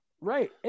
right